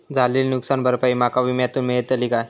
झालेली नुकसान भरपाई माका विम्यातून मेळतली काय?